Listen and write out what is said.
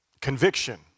conviction